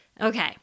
Okay